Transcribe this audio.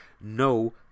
no